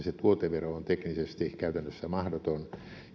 tuotevero on teknisesti käytännössä mahdoton